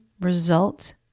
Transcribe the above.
result